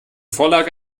vorlage